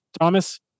Thomas